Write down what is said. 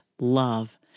love